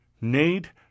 need